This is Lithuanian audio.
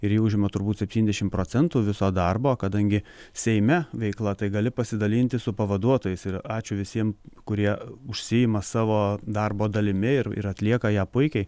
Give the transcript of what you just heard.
ir ji užima turbūt septyniasdešimt procentų viso darbo kadangi seime veikla tai gali pasidalinti su pavaduotojais ir ačiū visiem kurie užsiima savo darbo dalimi ir atlieka ją puikiai